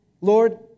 Lord